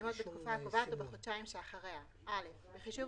המסתיימות בתקופה הקובעת או בחודשיים שאחריה 2. (א)בחישוב